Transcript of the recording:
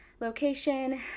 location